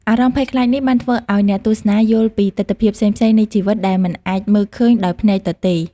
អារម្មណ៍ភ័យខ្លាចនេះបានធ្វើឲ្យអ្នកទស្សនាយល់ពីទិដ្ឋភាពផ្សេងៗនៃជីវិតដែលមិនអាចមើលឃើញដោយភ្នែកទទេ។